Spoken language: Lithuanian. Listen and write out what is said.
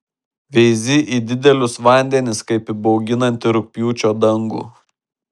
veizi į didelius vandenis kaip į bauginantį rugpjūčio dangų